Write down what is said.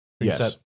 Yes